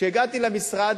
כשהגעתי למשרד,